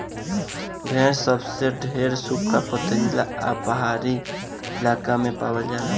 भेड़ सबसे ढेर सुखा, पथरीला आ पहाड़ी इलाका में पालल जाला